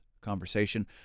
conversation